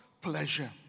pleasure